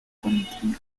continua